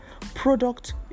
product